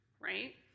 Right